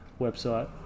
website